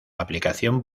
aplicación